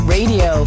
Radio